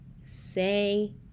say